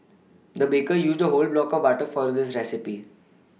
the baker used a whole block of butter for this recipe